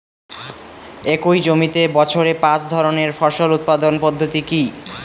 একই জমিতে বছরে পাঁচ ধরনের ফসল উৎপাদন পদ্ধতি কী?